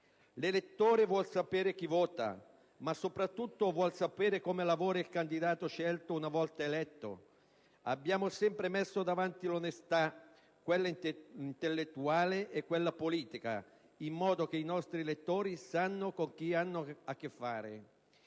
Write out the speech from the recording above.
L'elettore vuole sapere chi vota, ma soprattutto vuole sapere come lavora il candidato scelto una volta eletto. Abbiamo sempre messo davanti l'onestà, quella intellettuale e quella politica, in modo che i nostri elettori sappiano con chi hanno a che fare.